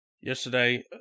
yesterday